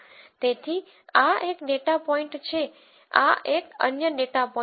તેથી આ એક ડેટા પોઇન્ટ છે આ એક અન્ય ડેટા પોઇન્ટ છે